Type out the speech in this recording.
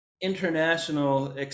international